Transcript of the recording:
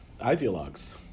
ideologues